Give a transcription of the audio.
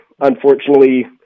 unfortunately